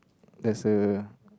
there's a